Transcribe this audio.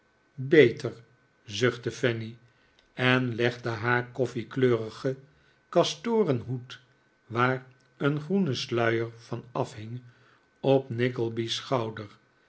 beter zuchtte fanny en legde haar koffiekleurigen kastoren hoed waar een groene sluier van afhing op nickleby's schouder